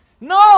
No